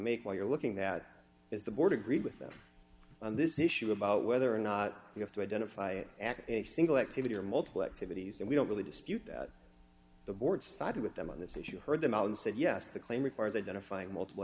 while you're looking that is the board agreed with them on this issue about whether or not you have to identify a single activity or multiple activities and we don't really dispute that the board sided with them on this issue you heard them out and said yes the claim requires identifying multiple